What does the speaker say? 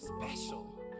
special